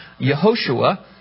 Yehoshua